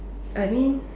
I mean